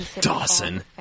Dawson